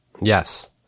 Yes